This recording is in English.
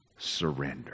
Surrender